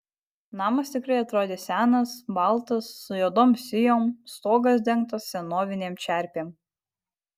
namas tikrai atrodė senas baltas su juodom sijom stogas dengtas senovinėm čerpėm